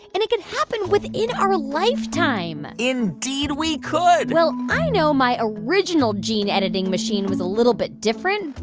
and it could happen within our lifetime indeed, we could well, i know my original gene-editing machine was a little bit different,